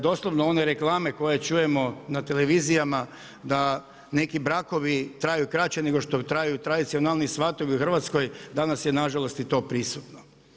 Doslovno one reklame koje čujemo na televizijama da neki brakovi traju kraće nego što traju tradicionalni svatovi u Hrvatskoj, danas je nažalost i to prisutno.